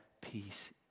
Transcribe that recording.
peace